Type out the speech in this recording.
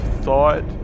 thought